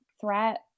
threat